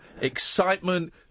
excitement